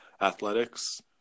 athletics